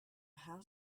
how